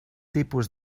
tipus